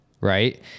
Right